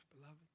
beloved